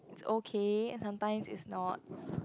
it's okay sometimes it's not